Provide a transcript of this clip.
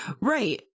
Right